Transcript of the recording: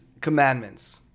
commandments